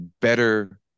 better